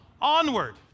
Onward